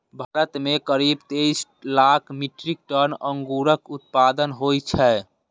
भारत मे करीब तेइस लाख मीट्रिक टन अंगूरक उत्पादन होइ छै